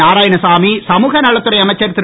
நாராயணசாமி சமுகநலத்துறை அமைச்சர் திரு